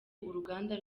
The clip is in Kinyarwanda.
uruganda